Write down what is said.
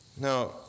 Now